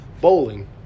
bowling